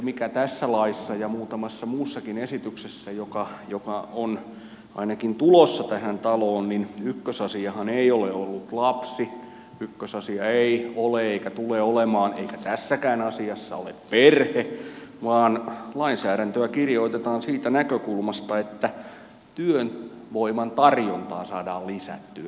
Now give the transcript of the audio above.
nimittäin tässä laissa ja muutamassa muussakin esityksessä jotka ovat ainakin tulossa tähän taloon ykkösasiahan ei ole ollut lapsi ykkösasia ei ole eikä tule olemaan eikä tässäkään asiassa ole perhe vaan lainsäädäntöä kirjoitetaan siitä näkökulmasta että työvoiman tarjontaa saadaan lisättyä